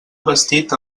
vestit